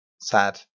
sad